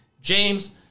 James